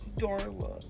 Darla